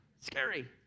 scary